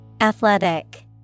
Athletic